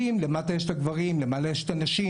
יודעים, למטה יש את הגברים, למעלה יש את הנשים.